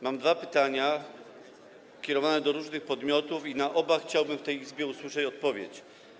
Mam dwa pytania kierowane do różnych podmiotów i na oba chciałbym w tej Izbie usłyszeć odpowiedzi.